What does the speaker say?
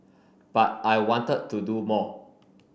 but I wanted to do more